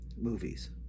movies